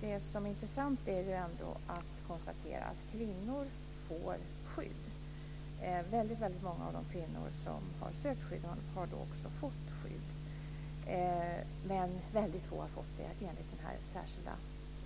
Det som är intressant att konstatera är ändå att kvinnor får skydd. Väldigt många av de kvinnor som har sökt skydd har också fått skydd, men väldigt få har fått det enligt den här särskilda